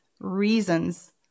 reasons